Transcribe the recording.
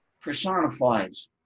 personifies